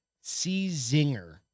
C-Zinger